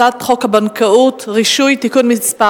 הצעת חוק הבנקאות (רישוי) (תיקון מס'